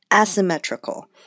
asymmetrical